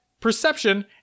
Perception